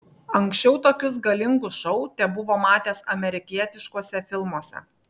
anksčiau tokius galingus šou tebuvo matęs amerikietiškuose filmuose